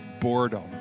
boredom